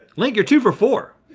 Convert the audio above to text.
link, you're two for four.